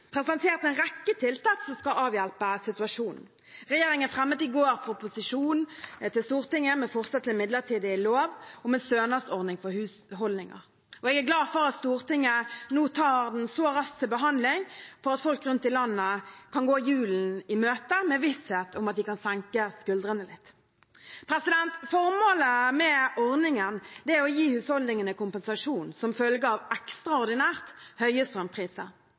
presentert en rekke tiltak som skal avhjelpe situasjonen. Regjeringen fremmet i går proposisjon til Stortinget med forslag til en midlertidig lov om en stønadsordning for husholdninger. Jeg er glad for at Stortinget nå tar den så raskt til behandling, for at folk rundt i landet kan gå julen i møte med visshet om at de kan senke skuldrene litt. Formålet med ordningen er å gi husholdningene kompensasjon som følge av ekstraordinært høye